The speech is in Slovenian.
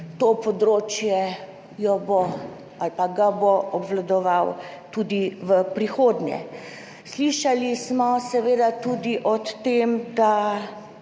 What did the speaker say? to področje, ga bo obvladoval tudi v prihodnje. Slišali smo seveda tudi o tem, da